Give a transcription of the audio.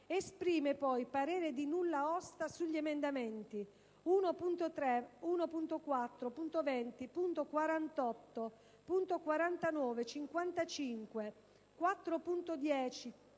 Esprime poi parere di nulla osta sugli emendamenti 1.3, 1.4, 1.20, 1.48, 1.49, 1.55, 3,4,